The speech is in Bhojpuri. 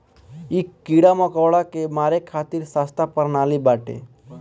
इ कीड़ा मकोड़ा के मारे खातिर सस्ता प्रणाली बाटे